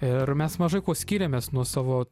ir mes mažai kuo skiriamės nuo savo